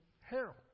Harold